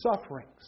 sufferings